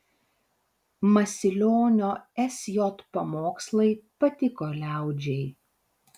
masilionio sj pamokslai patiko liaudžiai